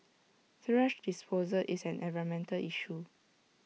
thrash disposal is an environmental issue